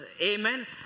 amen